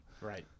Right